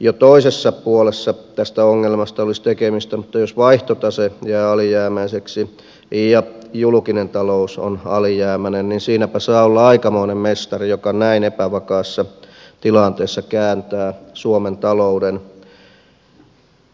jo toisessa puolessa tästä ongelmasta olisi tekemistä mutta jos vaihtotase jää alijäämäiseksi ja julkinen talous on alijäämäinen niin siinäpä saa olla aikamoinen mestari joka näin epävakaassa tilanteessa kääntää suomen talouden